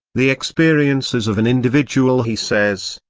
the experiences of an individual he says,